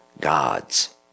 gods